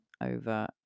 over